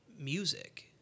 music